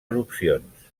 erupcions